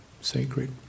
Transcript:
sacred